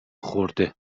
خورده